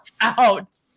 out